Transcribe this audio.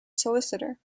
solicitor